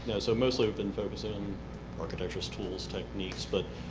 yeah so mostly we've been focusing on architectures, tools, techniques. but